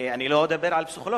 אני לא אדבר על פסיכולוגיה,